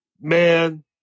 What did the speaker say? Man